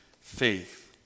faith